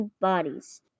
bodies